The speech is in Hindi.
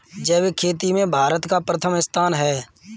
जैविक खेती में भारत का प्रथम स्थान है